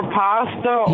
pasta